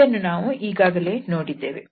ಇದನ್ನು ನಾವು ಈಗಾಗಲೇ ನೋಡಿದ್ದೇವೆ